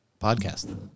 podcast